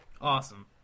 Awesome